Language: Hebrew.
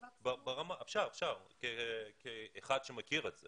אפשר, כאחד שמכיר את זה.